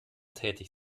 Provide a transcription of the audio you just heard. tätig